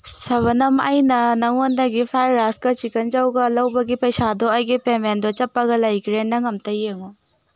ꯁꯕꯅꯝ ꯑꯩꯅ ꯅꯉꯣꯟꯗꯒꯤ ꯐ꯭ꯔꯥꯏ ꯔꯥꯏꯁꯀ ꯆꯤꯛꯀꯟ ꯆꯧꯒ ꯂꯧꯕꯒꯤ ꯄꯩꯁꯥꯗꯣ ꯑꯩꯒꯤ ꯄꯦꯃꯦꯟꯗꯣ ꯆꯞꯄꯒ ꯂꯩꯈꯔꯦ ꯅꯪ ꯑꯝꯇ ꯌꯦꯡꯉꯣ